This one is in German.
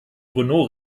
renault